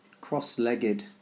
cross-legged